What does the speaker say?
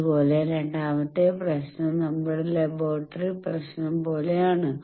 അതുപോലെ രണ്ടാമത്തെ പ്രശ്നം നമ്മുടെ ലബോറട്ടറി പ്രശ്നം പോലെയാണ്